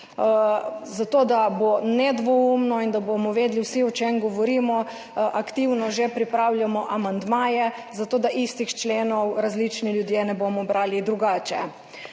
Da bo nedvoumno in da bomo vsi vedeli, o čem govorimo, že aktivno pripravljamo amandmaje, zato da istih členov različni ljudje ne bomo brali drugače.